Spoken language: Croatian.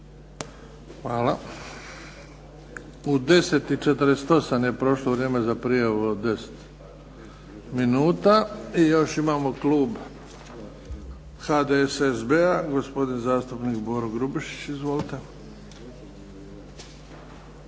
Hvala. U 10,48 je prošlo vrijeme za prijavu od 10 minuta i još imamo klub HDSSB-a, gospodin zastupnik Boro Grubišić. Izvolite.